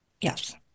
yes